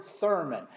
Thurman